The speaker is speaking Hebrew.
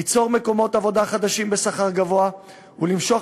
ליצור מקומות עבודה חדשים בשכר גבוה ולמשוך